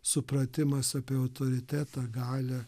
supratimas apie autoritetą galią